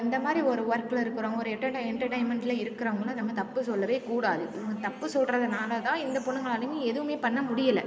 இந்த மாதிரி ஒரு ஒர்க்கில் இருக்கிறவுங்க ஒரு எட்டடெயின் என்டர்டெயின்மென்ட்டில் இருக்கிறவுங்கள நம்ம தப்பு சொல்லவேக் கூடாது இவங்க தப்பு சொல்கிறதுனால தான் எந்த பொண்ணுங்களாலேயுமே எதுவுமே பண்ண முடியலை